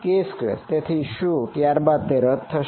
તેથી શું ત્યારબાદ તે રદ થશે